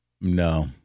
No